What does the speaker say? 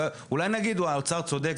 אולי נגיד האוצר צודק,